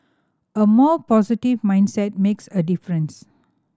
a more positive mindset makes a difference